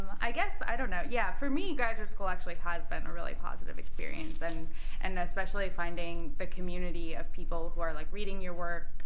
i guess i don't know. yeah, for me, graduate school actually has been a really positive experience, and and especially finding the community of people who are like reading your work.